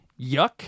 yuck